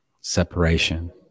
separation